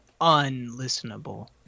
unlistenable